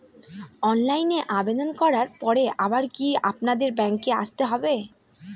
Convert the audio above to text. অনলাইনে আবেদন করার পরে আবার কি আপনাদের ব্যাঙ্কে আসতে হবে?